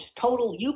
total